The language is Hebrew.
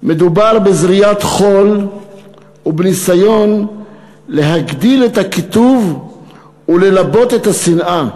מדובר בזריית חול ובניסיון להגדיל את הקיטוב וללבות את השנאה.